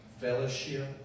fellowship